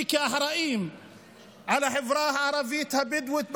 כאחראי על החברה הערבית-בדואית בנגב,